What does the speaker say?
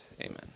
Amen